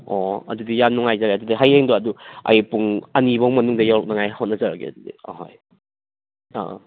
ꯑꯣ ꯑꯗꯨꯗꯤ ꯌꯥꯝ ꯅꯨꯡꯉꯥꯏꯖꯔꯦ ꯑꯗꯨꯗꯤ ꯍꯌꯦꯡꯗꯣ ꯑꯗꯨ ꯑꯩ ꯄꯨꯡ ꯑꯅꯤꯐꯧ ꯃꯅꯨꯡꯗ ꯌꯧꯔꯛꯅꯉꯥꯏ ꯍꯣꯠꯅꯖꯔꯒꯦ ꯑꯗꯨꯗꯤ ꯑꯍꯣꯏ ꯑꯥ ꯑꯥ